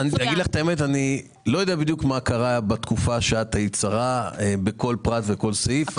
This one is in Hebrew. אני לא יודע מה קרה בתקופה שאת היית שרה בכל פרט וכל סעיף.